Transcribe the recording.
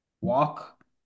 walk